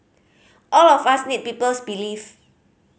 all of us need people's belief